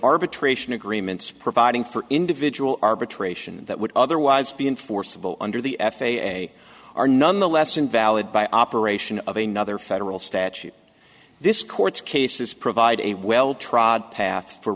arbitration agreements providing for individual arbitration that would otherwise be enforceable under the f a a are nonetheless invalid by operation of a nother federal statute this court's cases provide a well trod path for